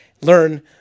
learn